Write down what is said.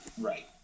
Right